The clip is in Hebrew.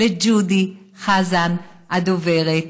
לג'ודי חזן הדוברת,